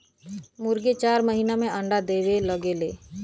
मुरगी चार महिना में अंडा देवे लगेले